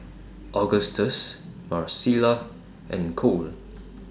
Augustus Marcella and Kole